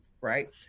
Right